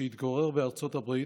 שהתגורר בארצות הברית,